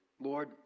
lord